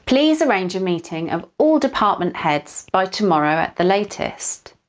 please arrange a meeting of all department heads by tomorrow at the latest.